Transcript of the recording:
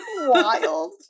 Wild